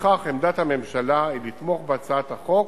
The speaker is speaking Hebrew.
לפיכך עמדת הממשלה היא לתמוך בהצעת החוק,